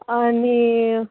आनी